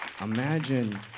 Imagine